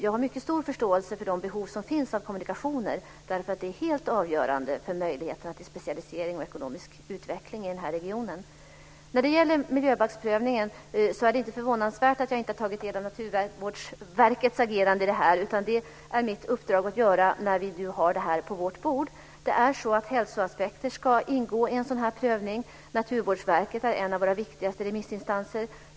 Jag har mycket stor förståelse för de behov som finns av kommunikationer. De är helt avgörande för möjligheten till specialisering och ekonomisk utveckling i den här regionen. När det gäller miljöbalksprövningen är det inte förvånansvärt att jag inte har tagit del av Naturvårdsverkets agerande, utan det är mitt uppdrag att göra det nu när vi har det här på vårt bord. Hälsoaspekter ska ingå i en sådan här prövning. Naturvårdsverket är en av våra viktigaste remissinstanser.